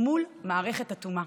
מול מערכת אטומה.